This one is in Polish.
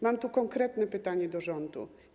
Mam konkretne pytanie do rządu: